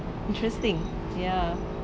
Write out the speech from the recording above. interesting ya